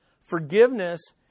forgiveness